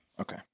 Okay